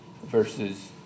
Versus